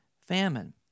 famine